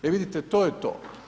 E vidite, to je to.